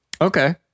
Okay